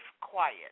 quiet